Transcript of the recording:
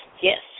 Yes